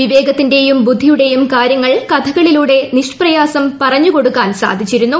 വിവേകത്തിന്റെയും ബുദ്ധിയുടെയും കാര്യങ്ങൾ കഥകളിലൂടെ നിഷ്പ്രയാസം പറഞ്ഞുകൊടുക്കാൻ സാധിച്ചിരുന്നു